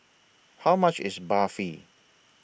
How much IS Barfi